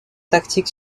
tactique